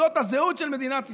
זאת הזהות של מדינת ישראל.